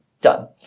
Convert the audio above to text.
done